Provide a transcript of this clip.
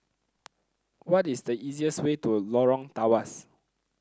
what is the easiest way to Lorong Tawas